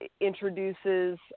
introduces